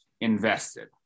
invested